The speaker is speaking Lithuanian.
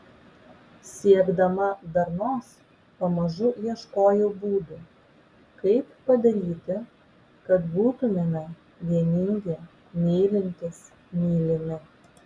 siekdama darnos pamažu ieškojau būdų kaip padaryti kad būtumėme vieningi mylintys mylimi